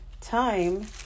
time